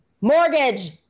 mortgage